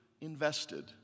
invested